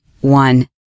one